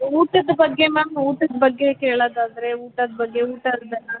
ಊಟದ ಬಗ್ಗೆ ಮ್ಯಾಮ್ ಊಟದ ಬಗ್ಗೆ ಕೇಳೊದಾದರೆ ಊಟದ ಬಗ್ಗೆ ಊಟದ್ದೆಲ್ಲ